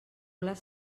les